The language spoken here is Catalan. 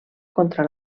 contra